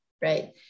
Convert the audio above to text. right